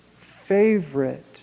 favorite